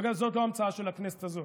אגב, זאת לא המצאה של הכנסת הזאת.